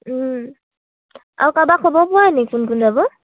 আৰু কাৰবাক খবৰ পোৱানি কোন কোন যাব